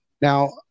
Now